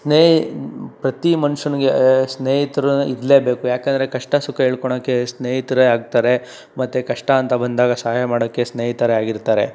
ಸ್ನೇಹಿತ ಪ್ರತಿ ಮನುಷ್ಯನ್ಗೆ ಸ್ನೇಹಿತರು ಇರಲೇಬೇಕು ಯಾಕಂದರೆ ಕಷ್ಟ ಸುಖ ಹೇಳ್ಕೊಳೋಕೆ ಸ್ನೇಹಿತರೇ ಆಗ್ತಾರೆ ಮತ್ತು ಕಷ್ಟ ಅಂತ ಬಂದಾಗ ಸಹಾಯ ಮಾಡೋಕ್ಕೆ ಸ್ನೇಹಿತರೇ ಆಗಿರ್ತಾರೆ